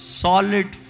solid